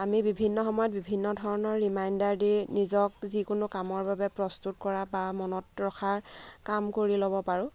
আমি বিভিন্ন সময়ত বিভিন্ন ধৰণৰ ৰিমাইণ্ডাৰ দি নিজক যিকোনো কামৰ বাবে প্ৰস্তুত কৰা বা মনত ৰখাৰ কাম কৰি ল'ব পাৰোঁ